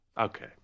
Okay